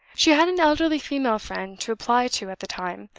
she had an elderly female friend to apply to at the time,